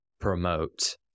promote